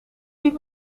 tien